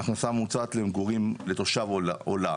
ההכנסה הממוצעת למגורים לתושב עולה.